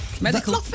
Medical